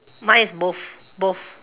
mine is both both